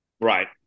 Right